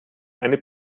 eine